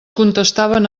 contestaven